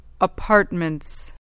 apartments